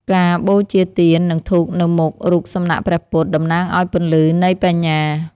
ការបូជាទៀន និងធូបនៅមុខរូបសំណាកព្រះពុទ្ធ តំណាងឱ្យពន្លឺនៃបញ្ញា។